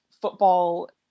football